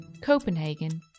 Copenhagen